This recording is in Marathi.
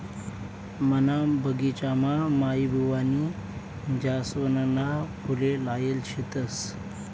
मना बगिचामा माईबुवानी जासवनना फुले लायेल शेतस